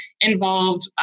involved